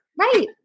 Right